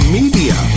media